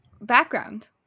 background